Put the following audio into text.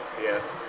yes